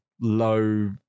low